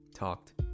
talked